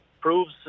Proves